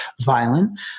violent